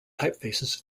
typefaces